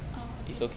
orh okay